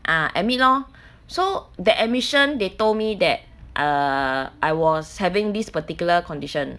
ah admit lor so that admission they told me that err I was having this particular condition